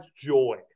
joy